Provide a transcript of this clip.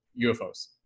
UFOs